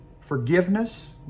forgiveness